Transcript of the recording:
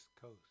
Coast